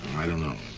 i don't know.